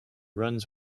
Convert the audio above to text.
runs